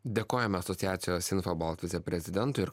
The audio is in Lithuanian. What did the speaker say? dėkojame asociacijos infobalt viceprezidentui ir